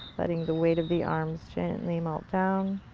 letting the weight of the arms gently melt down,